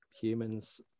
humans